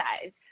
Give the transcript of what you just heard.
size